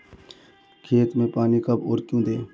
खेत में पानी कब और क्यों दें?